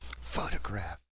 Photograph